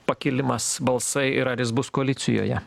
pakilimas balsai ir ar jis bus koalicijoje